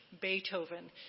Beethoven